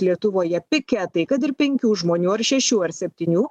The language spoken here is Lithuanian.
lietuvoje piketai kad ir penkių žmonių ar šešių ar septynių